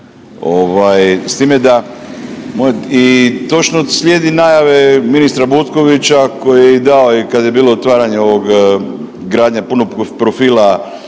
s time da moje i točno slijedi najave ministra Butkovića koji je dao i kad je bio otvaranje ovog, gradnja punog profila